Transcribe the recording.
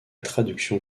traduction